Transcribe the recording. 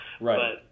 Right